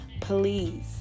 please